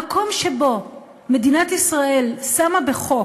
במקום שבו מדינת ישראל שמה בחוק